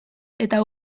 eta